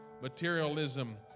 materialism